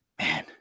Man